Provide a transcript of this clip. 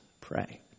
Pray